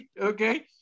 Okay